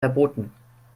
verboten